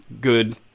good